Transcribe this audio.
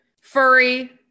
furry